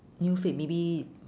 new fad maybe